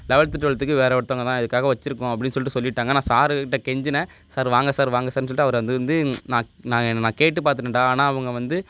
eleventh டுவல்த்துக்கு வேறு ஒருத்தவங்க தான் இதுக்காக வச்சிருப்போம் அப்படின் சொல்லிட்டு சொல்லிவிட்டாங்க நான் சார்கிட்ட கெஞ்சுனன் சார் வாங்க சார் வாங்க சார்ன்னு சொல்லிட்டு அவரு அது வந்து நான் நான் நான் கேட்டு பார்த்துட்டேன்டா ஆனால் அவங்க வந்து